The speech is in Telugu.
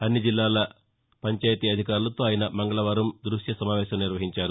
అన్ని జిల్లాల పంచాయతీ అధికారులతో ఆయన మంగకవారం దృశ్య సమావేశం నిర్వహించారు